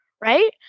right